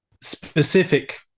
specific